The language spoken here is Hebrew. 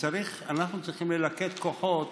ואנחנו צריכים ללכד כוחות